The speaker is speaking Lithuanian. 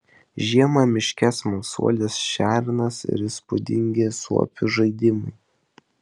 žiema miške smalsuolis šernas ir įspūdingi suopių žaidimai